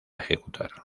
ejecutar